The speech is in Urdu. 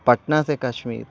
پٹنہ سے کشمیر